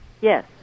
Yes